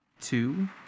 two